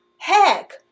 Heck